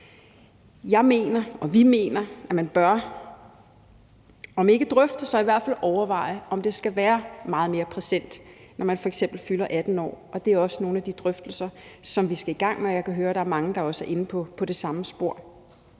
Jeg mener og vi mener, at man bør om ikke drøfte så i hvert fald overveje, om det skal være meget mere præsent, når man f.eks. fylder 18 år. Det er også nogle af de drøftelser, som vi skal i gang med, og jeg kan høre, at der er mange, der også er inde på det samme spor.